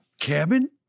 cabin